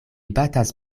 batas